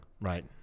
Right